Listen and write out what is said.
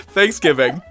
Thanksgiving